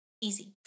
Easy